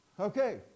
Okay